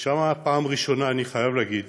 ושם, בפעם הראשונה, אני חייב להגיד,